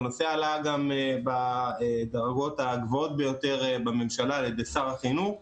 הנושא עלה גם בדרגות הגבוהות ביותר בממשלה על ידי שר החינוך.